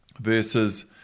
versus